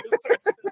sources